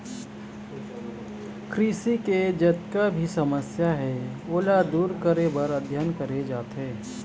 कृषि के जतका भी समस्या हे ओला दूर करे बर अध्ययन करे जाथे